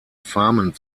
farmen